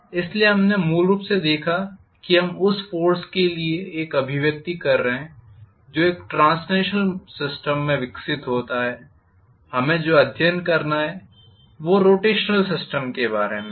इसलिए हमने मूल रूप से देखा है कि हम उस फोर्स के लिए एक अभिव्यक्ति कर रहे हैं जो एक ट्रांसलेशनल सिस्टम में विकसित होता है हमें जो अध्ययन करना है वह रोटेशनल सिस्टम के बारे में है